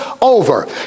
over